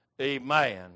Amen